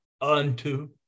unto